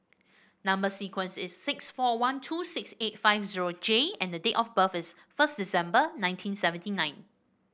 number sequence is six four one two six eight five zero J and the date of birth is first December nineteen seventy nine